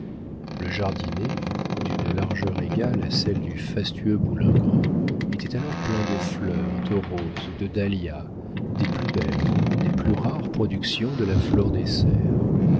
le jardinet d'une largeur égale à celle du fastueux boulingrin était alors plein de fleurs de roses de dahlias des plus belles des plus rares productions de la flore des serres